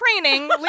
training